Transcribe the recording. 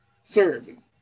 serving